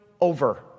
over